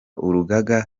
urugaga